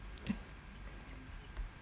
mm mm mm ya